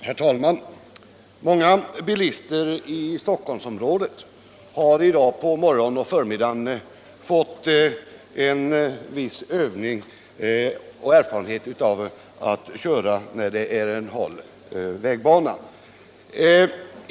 Herr talman! Många bilister i Stockholm har i dag på morgonen och förmiddagen fått en viss övning i och erfarenhet av att köra bil på hal vägbana.